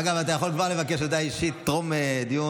אגב, אתה כבר יכול לבקש הודעה אישית טרום דיון.